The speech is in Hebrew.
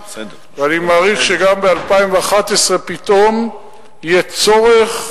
ואני מעריך שגם ב-2011 פתאום יהיה צורך,